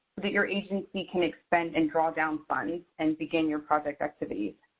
that your agency can expend and draw down funds and begin your project activities.